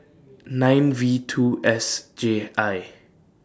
nine V two S J I